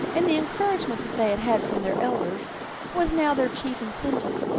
and the encouragement that they had had from their elders was now their chief incentive.